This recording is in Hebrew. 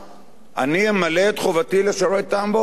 אני אמלא את חובתי לשרת את העם באופוזיציה,